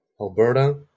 Alberta